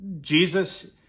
Jesus